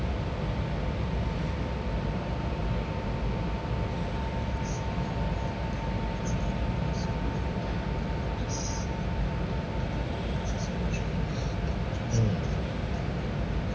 mm